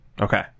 Okay